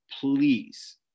please